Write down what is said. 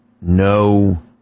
no